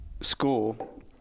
school